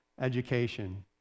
education